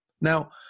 Now